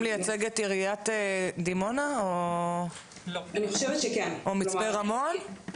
לייצג את עיריית דימונה או מצפה רמון?